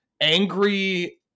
angry